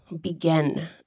begin